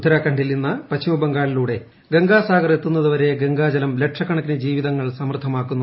ഉത്തരാഖണ്ഡിൽ നിന്ന് പശ്ചിമബംഗാളിലൂടെ ഗംഗാസാഗർ എത്തുന്നതുവരെ ഗംഗാജലം ലക്ഷക്കണക്കിന് ജീവിതങ്ങൾ സമൃദ്ധമാക്കുന്നു